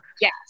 Yes